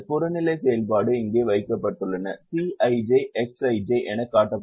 புறநிலை செயல்பாடு இங்கே வைக்கப்பட்டுள்ள Cij Xij என காட்டப்பட்டுள்ளது